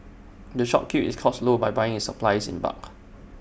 the shop keeps its costs low by buying its supplies in bulk